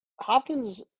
Hopkins